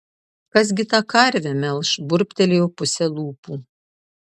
kas gi tą karvę melš burbtelėjo puse lūpų